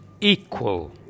equal